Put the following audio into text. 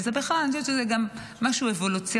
ובכלל, אני חושבת שזה גם משהו אבולוציוני.